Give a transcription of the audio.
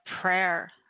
prayer